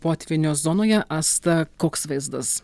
potvynio zonoje asta koks vaizdas